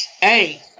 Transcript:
Hey